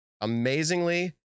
amazingly